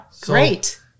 Great